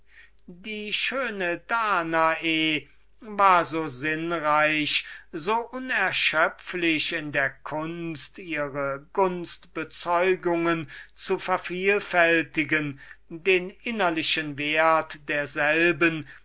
die schöne danae war so sinnreich so unerschöpflich in der kunst wenn man anders dasjenige so nennen kann was natur und liebe allein und keine ohne die andre geben kann ihre gunstbezeugungen zu vervielfältigen den innerlichen wert derselben